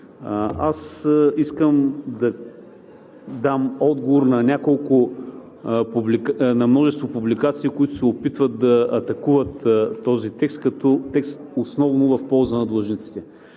Аз искам да дам отговор на множество публикации, които се опитват да атакуват този текст, като текст в полза основно на длъжниците.